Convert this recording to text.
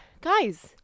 guys